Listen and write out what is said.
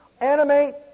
animate